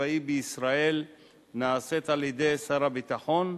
הצבאי בישראל נעשית על-ידי שר הביטחון,